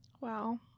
Wow